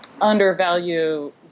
undervalue